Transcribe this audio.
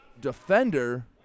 defender